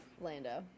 Lando